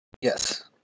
Yes